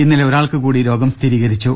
ഇന്നലെ ഒരാൾക്കുകൂടി രോഗം സ്ഥിരീകരിച്ചു